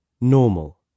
normal